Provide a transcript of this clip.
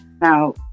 Now